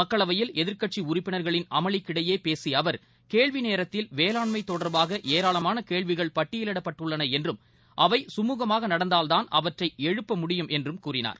மக்களவையில் எதிர்க்கட்சி உறுப்பினர்களின் அமளிக்கிடையே பேசிய அவர் கேள்வி நேரத்தில் வேளாண்மை தொடர்பாக ஏராளமான கேள்விகள் பட்டியலிடப்பட்டுள்ளன என்றும் அவை சுமுகமாக நடந்தால்தான் அவற்றை எழுப்ப முடியும் என்றும் கூறினார்